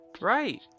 Right